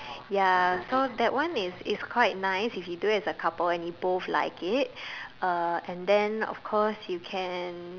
ya so that one is is quite nice if you do as a couple and if you both like it uh and then of course you can